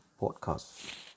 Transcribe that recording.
podcast